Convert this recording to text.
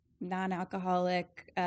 non-alcoholic